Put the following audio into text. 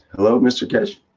hello mr keshe?